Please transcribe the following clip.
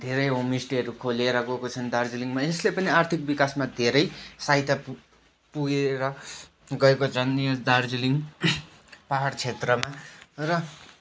धेरै होमस्टेहरू खोलेर गएको छन् दार्जिलिङमै यसले पनि आर्थिक विकासमा धेरै सहायता पुग पुगेर गएको छन् यो दार्जिलिङ पाहाड क्षेत्रमा र